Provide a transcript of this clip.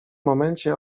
momencie